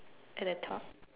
at the top